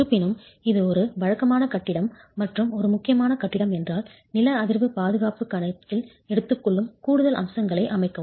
இருப்பினும் இது ஒரு வழக்கமான கட்டிடம் மற்றும் ஒரு முக்கியமான கட்டிடம் என்றால் நில அதிர்வு பாதுகாப்பு கணக்கில் எடுத்துக்கொள்ளும் கூடுதல் அம்சங்களை அமைக்கவும்